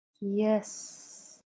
Yes